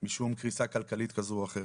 משום קריסה כלכלית כזו או אחרת,